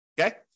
Okay